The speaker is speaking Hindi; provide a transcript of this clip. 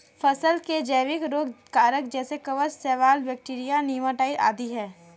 फसल के जैविक रोग कारक जैसे कवक, शैवाल, बैक्टीरिया, नीमाटोड आदि है